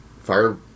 Fire